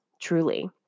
Truly